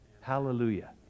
Hallelujah